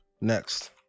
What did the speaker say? Next